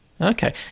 okay